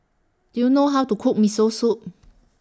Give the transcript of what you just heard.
Do YOU know How to Cook Miso Soup